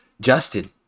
justin